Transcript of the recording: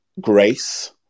grace